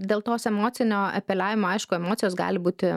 dėl tos emocinio apeliavimo aišku emocijos gali būti